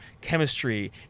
chemistry